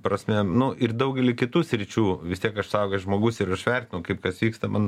prasme nu ir daugely kitų sričių vis tiek aš suaugęs žmogus ir aš vertinu kaip kas vyksta man